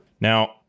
Now